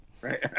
Right